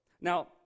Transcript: Now